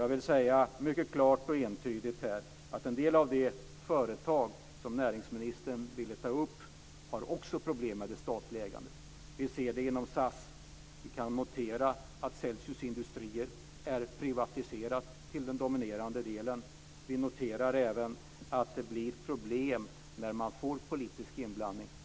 Jag vill mycket klart och entydigt säga att en del av de företag som näringsministern ville ta upp också har problem med det statliga ägandet. Vi ser det på SAS. Vi kan notera att Celsius Industrier är privatiserat till den dominerande delen. Vi noterar även att det blir problem när det blir politisk inblandning.